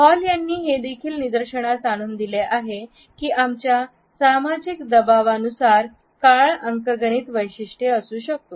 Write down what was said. hall यांनी हे देखील निदर्शनास आणून दिले आहे की आमच्या सामाजिक दबाव अनुसार काळ अंकगणित वैशिष्ट्य असू शकतो